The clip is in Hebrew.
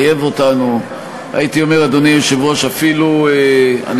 היושב-ראש, אני